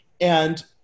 and-